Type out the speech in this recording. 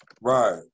right